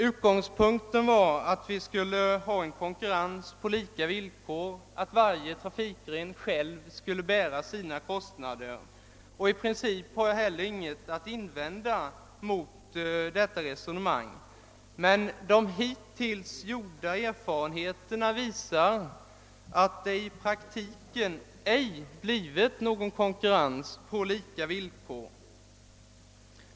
Utgångspunkten var att det skulle vara konkurrens på lika villkor och att varje trafikgren i pincip skulle bära sina kostnader. I princip har jag ingenting att invända mot dessa reso nemang. De hittills gjorda erfarenheterna visar emellertid att det i praktiken inte blivit någon konkurrens på lika villkor.